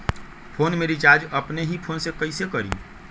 Phone में recharge अपने ही फ़ोन से कईसे करी?